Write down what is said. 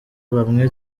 bamwe